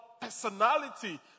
personality